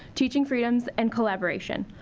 teaching freedoms and collaboration.